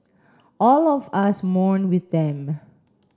all of us mourn with them